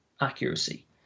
accuracy